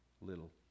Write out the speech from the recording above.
little